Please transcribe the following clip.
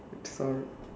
that's all